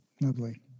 Lovely